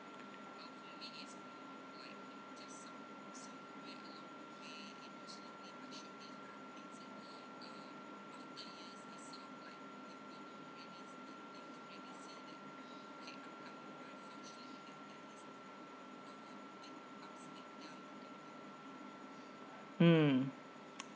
mm